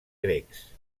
grecs